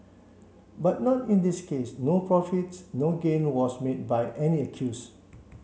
but not in this case no profits no gain was made by any accuse